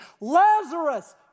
Lazarus